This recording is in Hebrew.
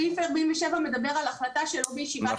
סעיף 47 מדבר על החלטה שלא בישיבת מועצה.